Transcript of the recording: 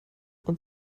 und